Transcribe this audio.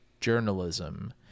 journalism